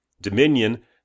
Dominion